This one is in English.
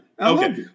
Okay